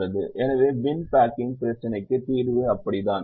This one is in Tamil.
எனவே பின் பேக்கிங் பிரச்சினைக்கு தீர்வு அப்படித்தான்